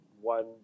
one